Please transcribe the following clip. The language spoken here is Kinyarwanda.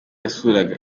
yasuraga